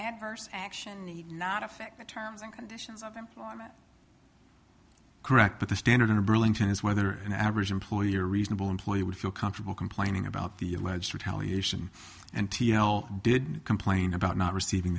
adverse action not affect the terms and conditions of employment correct but the standard in burlington is whether an average employee or reasonable employee would feel comfortable complaining about the alleged retaliation n t l did complain about not receiving